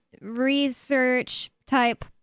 research-type